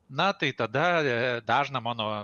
na tai tada dažną mano